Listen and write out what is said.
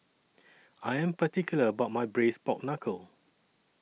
I Am particular about My Braised Pork Knuckle